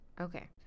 Okay